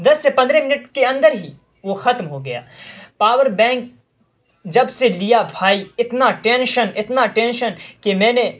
دس سے پندرہ منٹ کے اندر ہی وہ ختم ہو گیا پاور بینک جب سے لیا بھائی اتنا ٹینشن اتنا ٹینشن کہ میں نے